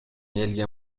элге